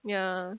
ya